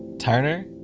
turner.